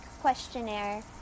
questionnaire